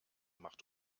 macht